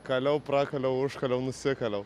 kaliau prakaliau užkaliau nusikaliau